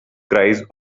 cries